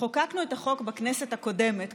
וחוקקנו את החוק בכנסת הקודמת,